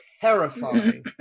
terrifying